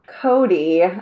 Cody